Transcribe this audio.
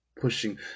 pushing